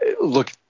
look